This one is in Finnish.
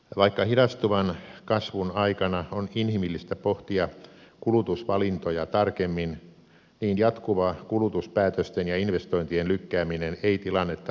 vaikka hidastuvan kasvun aikana on inhimillistä pohtia kulutusvalintoja tarkemmin niin jatkuva kulutuspäätösten ja investointien lykkääminen ei tilannettamme helpota